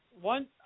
one